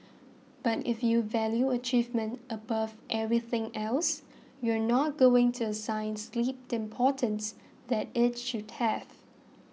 but if you value achievement above everything else you're not going to assign sleep the importance that it should have